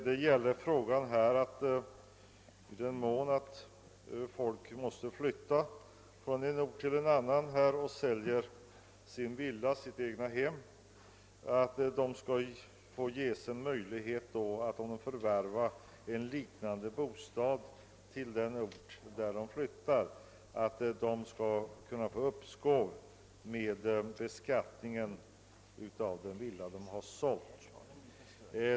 Den gäller att folk som måste flytta från en ort till en annan och säljer ett egethem för att kunna förvärva en liknande bostad på den ort dit de flyttar skall kunna få uppskov med realisationsvinstbeskattningen för den villa de har sålt.